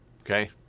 okay